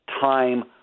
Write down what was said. time